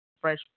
fresh